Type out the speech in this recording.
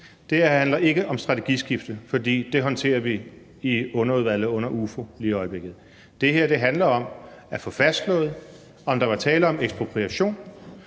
Det her handler ikke om strategiskifte, fordi det håndterer vi i underudvalget under Udvalget for Forretningsordenen lige i øjeblikket. Det her handler om at få fastslået, om der var tale om ekspropriation,